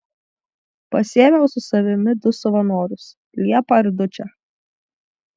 pasiėmiau su savimi du savanorius liepą ir dučę